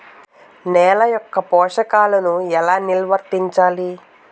నెల యెక్క పోషకాలను ఎలా నిల్వర్తించాలి